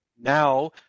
Now